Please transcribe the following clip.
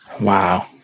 Wow